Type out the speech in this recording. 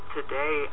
Today